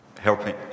helping